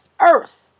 earth